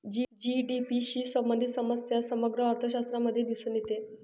GDP शी संबंधित समस्या समग्र अर्थशास्त्रामध्येही दिसून येते